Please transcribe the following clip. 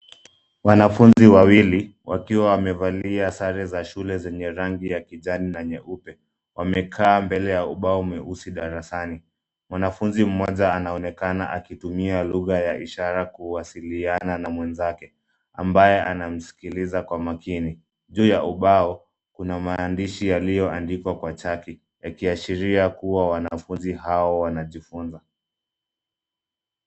Wanafunzi wawili wakiwa wamevalia sare za shule zenye rangi ya kijani na nyeupe, wamekaa mbele ya ubao mweusi darasani. Mwanafunzi mmoja anaonekana akitumia lugha ya ishara kuwasiliana na mwenzake ambaye anamskiliza kwa makini. Juu ya ubao, kuna maandishi yaliyoandikwa kwa chati, yakiashiria kuwa wanafunzi hao wanajifunza.